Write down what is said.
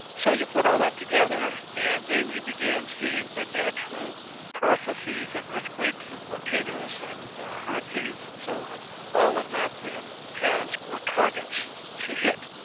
so you put all that together and then you begin seeing the natural processes of earthquakes and volcanoes and hurricanes and so on all of that then has more targets to hit,